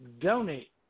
donate